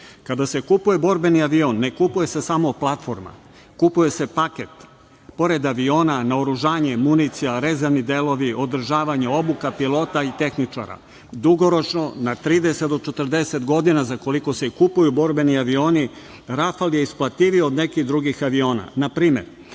se kupuje borbeni avion, ne kupuje se samo platforma, kupuje se paket, pored aviona, naoružanje, municija, rezervni delovi, održavanje, obuka pilota i tehničara. Dugoročno, na 30 do 40 godina, za koliko se i kupuju borbeni avioni, "Rafal" je isplativiji od nekih drugih aviona.